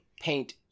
paint